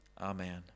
Amen